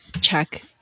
check